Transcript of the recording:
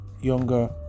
younger